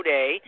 Day